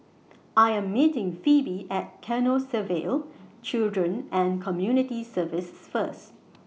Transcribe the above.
I Am meeting Pheobe At Canossaville Children and Community Services First